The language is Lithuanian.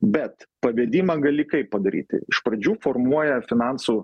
bet pavedimą gali kaip padaryti iš pradžių formuoja finansų